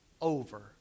over